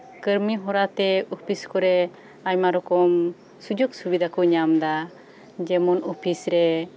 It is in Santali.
ᱠᱟᱢᱤ ᱦᱚᱨᱟ ᱛᱮ ᱚᱯᱷᱤᱥ ᱠᱚᱨᱮ ᱟᱭᱢᱟ ᱨᱚᱠᱚᱢ ᱥᱩᱡᱳᱜᱽ ᱥᱩᱵᱤᱫᱷᱟ ᱠᱚ ᱧᱟᱢ ᱮᱫᱟ ᱡᱮᱢᱚᱱ ᱚᱯᱷᱤᱥ ᱨᱮ